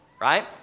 Right